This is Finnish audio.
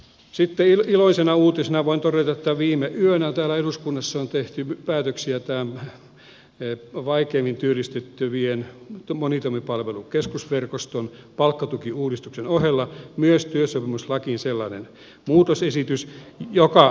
sitten iloisena uutisena voin todeta että viime yönä täällä eduskunnassa on tehty päätöksiä vaikeimmin työllistettävien monitoimipalvelukeskusverkoston palkkatukiuudistuksen ohella myös työsopimuslakiin sellainen muutosesitys joka johtaa siihen